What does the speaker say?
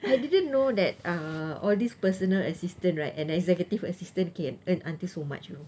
I didn't know that uh all these personal assistant right and executive assistant can earn until so much you know